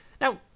Now